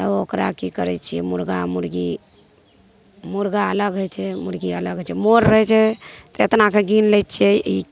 तब ओकरा कि करै छिए मुरगा मुरगी मुरगा अलग होइ छै मुरगी अलग होइ छै मोर रहै छै तऽ एतना तऽ गिन लै छिए